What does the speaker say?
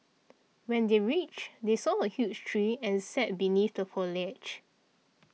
when they reached they saw a huge tree and sat beneath the foliage